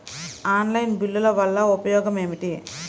Online బిల్లుల వల్ల ఉపయోగమేమిటీ?